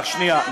רק שנייה,